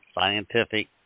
scientific